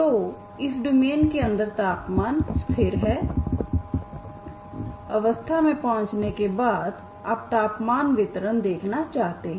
तो इस डोमेन के अंदर तापमान स्थिर अवस्था में पहुंचने के बादआप तापमान वितरण देखना चाहते हैं